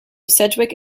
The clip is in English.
sedgwick